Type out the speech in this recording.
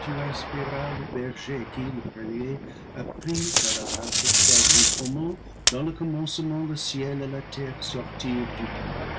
tu inspiras le berger qui le premier apprit à la race choisie comment dans le commencement le ciel et la terre sortirent du chaos